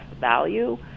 value